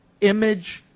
image